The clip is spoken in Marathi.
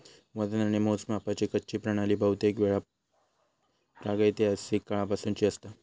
वजन आणि मोजमापाची कच्ची प्रणाली बहुतेकवेळा प्रागैतिहासिक काळापासूनची असता